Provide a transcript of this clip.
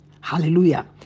Hallelujah